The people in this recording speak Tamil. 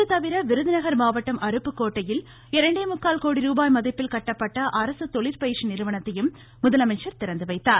இது தவிர விருதுநகர் மாவட்டம் அருப்புக்கோட்டையில் இரண்டே முக்கால் கோடி ரூபாய் மதிப்பில் கட்டப்பட்ட அரசு தொழிற்பயிற்சி நிறுவனத்தையும் முதலமைச்சர் திறந்துவைத்தார்